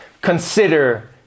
consider